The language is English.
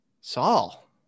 Saul